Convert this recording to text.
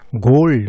Gold